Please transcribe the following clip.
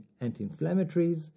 anti-inflammatories